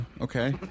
okay